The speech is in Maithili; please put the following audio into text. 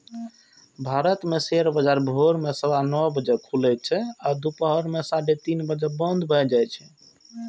भारत मे शेयर बाजार भोर मे सवा नौ बजे खुलै छै आ दुपहर मे साढ़े तीन बजे बंद भए जाए छै